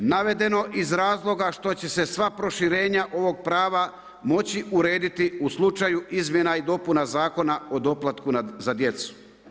Navedeno iz razloga što će se sva proširenja ovog prava moći urediti u slučaju izmjena i dopuna Zakona o doplatku za djecu.